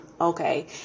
okay